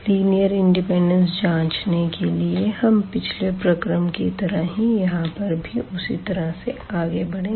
linear independence जाँचने के लिए हम पिछले प्रक्रम की तरह ही यहां पर भी उसी तरह से आगे बढ़ेंगे